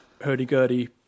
hurdy-gurdy